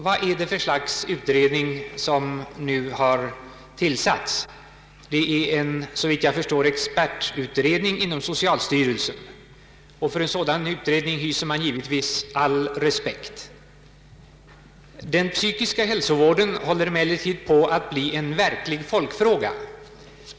Vad är det för slags utredning som nu har tillsatts? Det är så vitt jag förstår en expertutredning inom socialstyrelsen, och för en sådan utredning hyser man givetvis all respekt. Den psykiska hälsovården håller emellertid på att bli en verklig folkfråga.